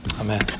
Amen